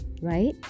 right